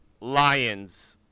Lions